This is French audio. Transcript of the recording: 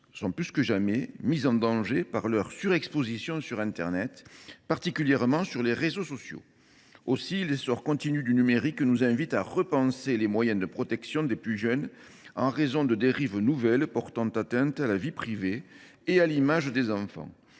sont plus que jamais mis en danger par leur surexposition sur internet, notamment sur les réseaux sociaux. L’essor du numérique nous invite à repenser les moyens de protection des plus jeunes en raison de dérives nouvelles portant atteinte à la vie privée et à l’image des enfants.